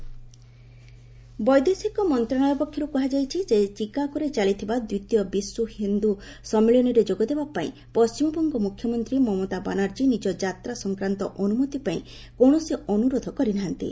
MEA Mamata ବୈଦେଶିକ ମନ୍ତ୍ରଣାଳୟ ପକ୍ଷରୁ କୁହାଯାଇଛି ଯେ ଚିକାଗୋରେ ଚାଲିଥିବା ଦ୍ୱିତୀୟ ବିଶ୍ୱ ହିନ୍ଦୁ ସମ୍ମିଳନୀରେ ଯୋଗଦେବା ପାଇଁ ପଶ୍ଚିମବଙ୍ଗ ମୁଖ୍ୟମନ୍ତ୍ରୀ ମମତା ବାନାର୍ଜୀ ନିଜ ଯାତ୍ରା ସଂକ୍ରାନ୍ତ ଅନୁମତି ପାଇଁ କୌଣସି ଅନୁରୋଧ କରିନାହାନ୍ତି